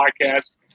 podcast